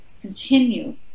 continue